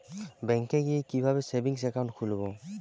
ব্যাঙ্কে গিয়ে কিভাবে সেভিংস একাউন্ট খুলব?